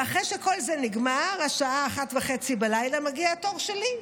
ואחרי שכל זה נגמר, השעה 01:30, מגיע התור שלי.